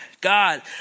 God